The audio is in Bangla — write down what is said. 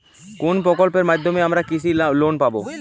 কোন প্রকল্পের মাধ্যমে আমরা কৃষি লোন পাবো?